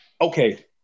Okay